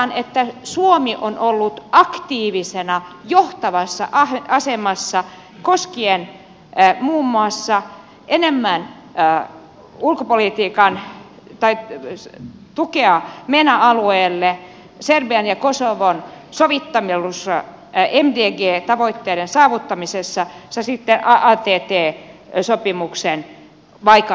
mainitaan että suomi on ollut aktiivisena johtavassa asemassa koskien muun muassa enemmän tukea mena alueelle serbian ja kosovon sovittelussa mdg tavoitteiden saavuttamisessa ja sitten att sopimuksen aikaan saamisessa